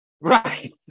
Right